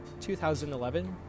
2011